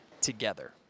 together